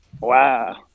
wow